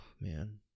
man